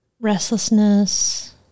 restlessness